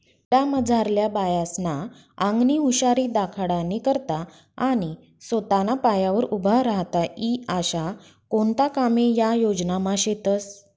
खेडामझारल्या बायास्ना आंगनी हुशारी दखाडानी करता आणि सोताना पायावर उभं राहता ई आशा कोणता कामे या योजनामा शेतस